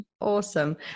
Awesome